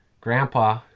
grandpa